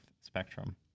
spectrum